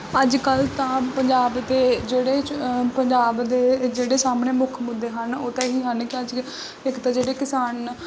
ਅੱਜ ਕੱਲ੍ਹ ਤਾਂ ਪੰਜਾਬ ਦੇ ਜਿਹੜੇ ਪੰਜਾਬ ਦੇ ਜਿਹੜੇ ਸਾਹਮਣੇ ਮੁੱਖ ਮੁੱਦੇ ਹਨ ਉਹ ਤਾਂ ਇਹੀ ਹਨ ਕਿ ਅੱਜ ਇੱਕ ਤਾਂ ਜਿਹੜੇ ਕਿਸਾਨ